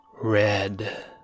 Red